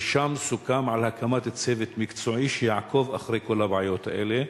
ושם סוכם על הקמת צוות מקצועי שיעקוב אחרי כל הבעיות האלה,